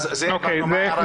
המטרה השנייה?